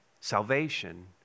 Salvation